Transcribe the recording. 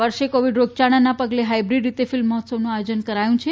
આ વર્ષે કોવિડ રોગચાળાના પગલે હાઇબ્રીડ રીતે ફિલ્મ મહોત્સવનું આયોજન કરાયું છે